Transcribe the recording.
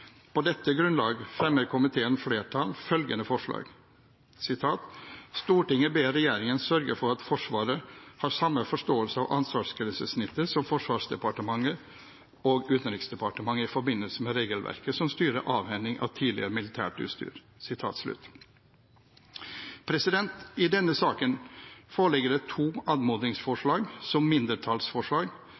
På dette grunnlag fremmer komiteens flertall følgende forslag: «Stortinget ber regjeringen sørge for at Forsvaret har samme forståelse av ansvarsgrensesnittet som Forsvarsdepartementet og Utenriksdepartementet i forbindelse med regelverket som styrer avhending av tidligere militært utstyr.» I denne saken foreligger det to anmodningsforslag som mindretallsforslag,